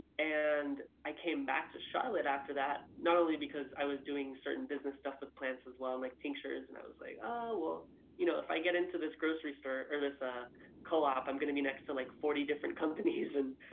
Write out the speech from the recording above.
and i came back to charlotte after that not only because i was doing certain business stuff with plants, as well as like tinctures and i was like oh well you know if i get into this grocery store or this ah co-op i'm going be next to like forty different companies and